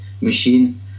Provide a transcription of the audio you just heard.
machine